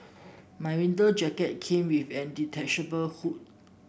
my winter jacket came with a detachable hood